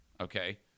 Okay